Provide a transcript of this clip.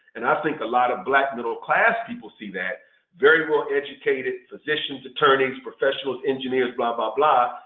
and i think a lot of black middle-class people see that very well-educated physicians, attorneys, professionals, engineers, blah, blah, blah,